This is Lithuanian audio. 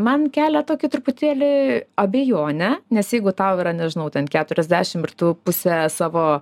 man kelia tokį truputėlį abejonę nes jeigu tau yra nežinau ten keturiasdešimt ir tu pusę savo